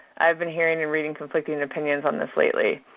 i've been hearing and reading conflicting opinions on this lately.